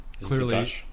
clearly